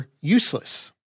useless